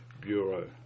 bureau